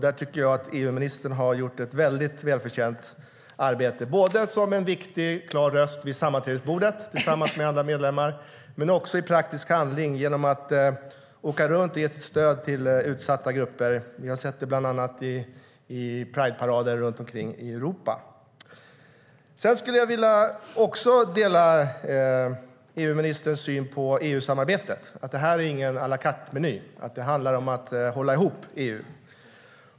Där tycker jag att EU-ministern har gjort ett mycket förtjänstfullt arbete genom att vara en viktig, klar röst vid sammanträdesbordet tillsammans med andra medlemmar och i praktisk handling genom att åka runt och ge sitt stöd till utsatta grupper. Vi har bland annat sett det i Prideparader runt om i Europa. Jag delar EU-ministerns syn på EU-samarbetet. Det är ingen à la carte-meny. Det handlar om att hålla ihop EU.